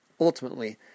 ultimately